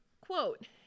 Quote